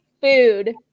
food